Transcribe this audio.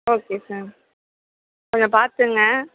okay sir கொஞ்சம் பார்த்துக்குங்க